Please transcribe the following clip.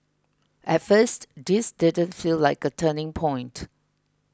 at first this didn't feel like a turning point